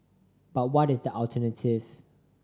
but what is the alternative